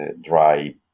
dry